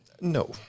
No